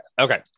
Okay